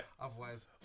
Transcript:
Otherwise